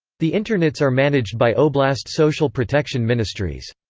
the internats are managed by oblast social protection ministries.